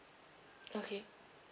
okay